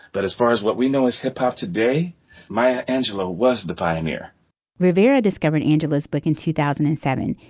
but as far as what we know is hip hop today maya angelou was the pioneer rivera discovered angeles back in two thousand and seven.